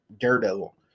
Daredevil